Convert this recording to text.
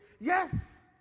yes